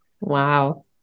Wow